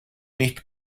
nicht